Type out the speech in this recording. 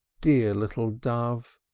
dear little dove!